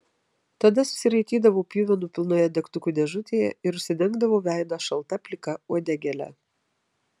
tada susiraitydavau pjuvenų pilnoje degtukų dėžutėje ir užsidengdavau veidą šalta plika uodegėle